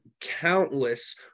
Countless